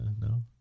No